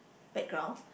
background